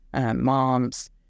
moms